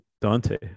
Dante